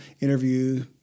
interview